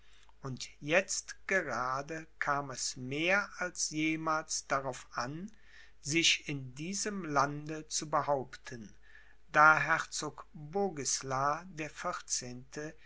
und jetzt gerade kam es mehr als jemals darauf an sich in diesem lande zu behaupten da herzog bogisla der